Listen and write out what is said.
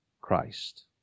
Christ